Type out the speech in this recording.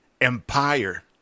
empire